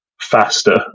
faster